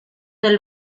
del